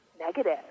negative